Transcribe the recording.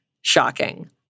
Shocking